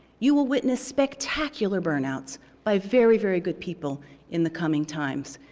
you will witness spectacular burnouts by very, very good people in the coming times.